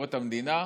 לביקורת המדינה,